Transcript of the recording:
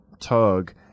tug